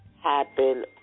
happen